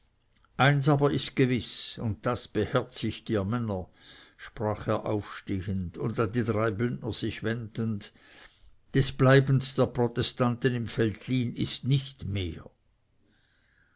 eins aber ist gewiß und das beherzigt ihr männer sprach er aufstehend und an die drei bündner sich wendend des bleibens der protestanten im veltlin ist nicht mehr